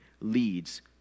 leads